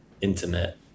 intimate